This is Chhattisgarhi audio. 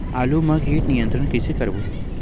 आलू मा कीट नियंत्रण कइसे करबो?